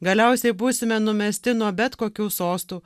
galiausiai būsime numesti nuo bet kokių sostų